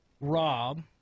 Rob